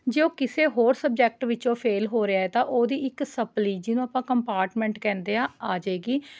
ਜੇ ਉਹ ਕਿਸੇ ਹੋਰ ਸਬਜੈਕਟ ਵਿੱਚੋਂ ਫ਼ੇਲ੍ਹ ਹੋ ਰਿਹਾ ਤਾਂ ਉਹਦੀ ਇੱਕ ਸਪਲੀ ਜਿਹਨੂੰ ਆਪਾਂ ਕੰਮਪਾਟਮੈਂਟ ਕਹਿੰਦੇ ਹਾਂ ਆ ਜਾਵੇਗੀ